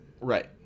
Right